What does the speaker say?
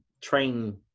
train